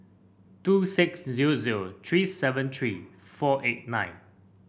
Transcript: two six zero zero three seven three four eight nine